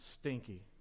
stinky